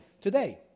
Today